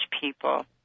people